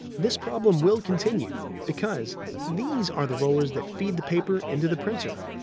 this problem will continue because these are the rollers that feed the paper into the printer.